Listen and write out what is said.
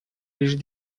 лишь